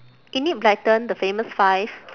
enid blyton the famous five